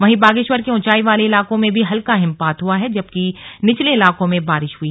वहीं बागेश्वर के ऊंचाई वाले इलाकों में भी हल्का हिमपात हुआ जबकि निचले इलाकों में बारिश हुई